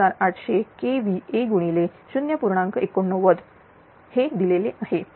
89 बरोबर हे दिलेले आहे